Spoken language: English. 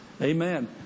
Amen